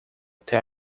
até